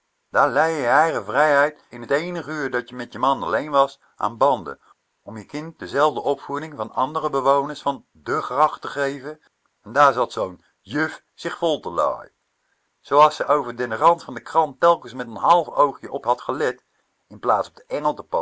lei je je eigen vrijheid in t eenig uur dat je met je man alleen was aan banden om je kind dezelfde opvoeding van andere bewoners gracht te geven en daar zat zoo'n juf zich vol te lajen vande zooas ze over den rand van de krant telkens met een half oogie op had gelet in plaats op de